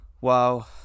Wow